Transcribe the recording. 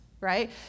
right